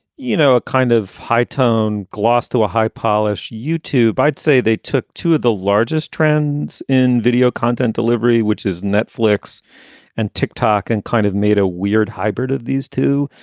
you know, a kind of high toned gloss to a high polish youtube. i'd say they took two of the largest trends in video content delivery, which is netflix and tick-tock and kind of made a weird hybrid of these two.